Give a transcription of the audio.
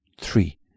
three